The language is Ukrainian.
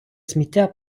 сміття